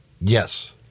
Yes